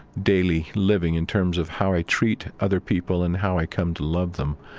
daily living in terms of how i treat other people and how i come to love them.